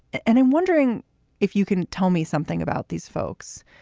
and i'm wondering if you can tell me something about these folks,